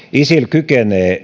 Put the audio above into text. kykenee